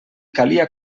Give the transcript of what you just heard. calia